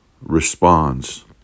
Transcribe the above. responds